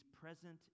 present